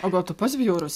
o gal tu pats bjaurus